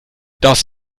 das